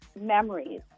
memories